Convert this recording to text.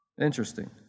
Interesting